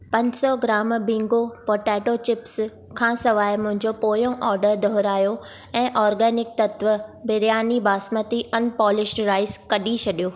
पंज सौ ग्राम बिंगो पॉटेटो चिप्स खां सवाइ मुंहिंजो पोयों ऑर्डर दुहिरायो ऐं organic Tattva biryani basmati unpolished rice कढी छॾियो